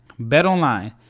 BetOnline